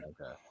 Okay